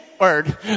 word